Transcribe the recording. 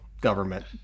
government